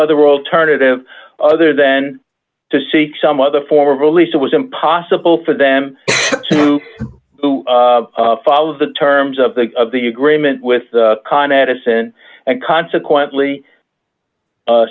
other alternative other than to seek some other form of relief it was impossible for them to follow the terms of the of the agreement with con edison and consequently